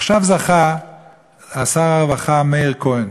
עכשיו, זכה שר הרווחה מאיר כהן,